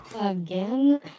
again